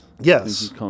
Yes